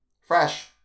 Fresh